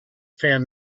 found